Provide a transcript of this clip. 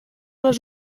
les